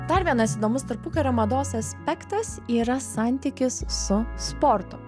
dar vienas įdomus tarpukario mados aspektas yra santykis su sportu